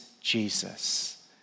jesus